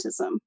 autism